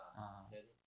ah